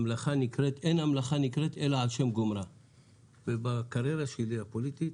אין המלאכה נקראת אלא על שם גומרה ובקריירה הפוליטית שלי